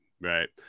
Right